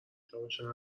شامشو